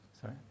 Sorry